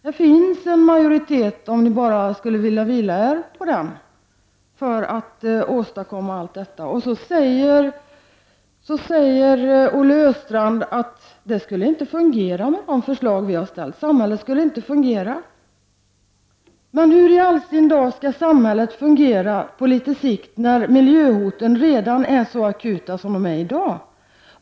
Här finns en majoritet, om ni bara skulle vilja vila på den för att åstadkomma allt detta. Så säger Olle Östrand att samhället inte skulle fungera med våra förslag. Men hur i all sin dar skall samhället fungera på sikt när miljöhotet redan är så akut som det är i dag?